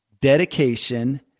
dedication